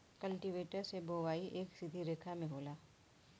cultivator से बोवाई एक सीधा रेखा में होला